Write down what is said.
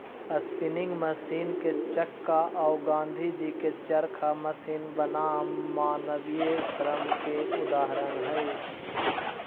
spinning machine के चक्का औ गाँधीजी के चरखा मशीन बनाम मानवीय श्रम के उदाहरण हई